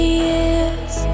years